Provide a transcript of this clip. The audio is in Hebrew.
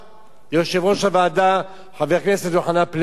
ליושב-ראש הוועדה, חבר הכנסת יוחנן פלסנר.